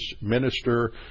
minister